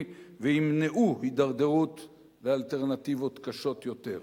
ותמנע הידרדרות לאלטרנטיבות קשות יותר.